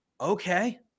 Okay